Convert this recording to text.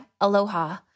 Aloha